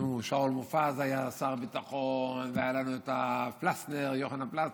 שאול מופז היה שר ביטחון, והיה לנו יוחנן פלסנר.